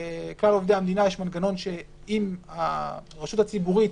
לכלל עובדי המדינה יש מנגנון שאם הרשות הציבורית